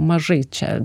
mažai čia